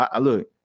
Look